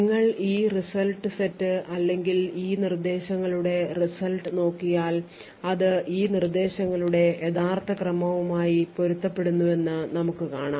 നിങ്ങൾ ഈ result set അല്ലെങ്കിൽ ഈ നിർദ്ദേശങ്ങളുടെ result നോക്കിയാൽ അത് ഈ നിർദ്ദേശങ്ങളുടെ യഥാർത്ഥ ക്രമവുമായി പൊരുത്തപ്പെടുന്നുവെന്നു നമുക്ക് കാണാം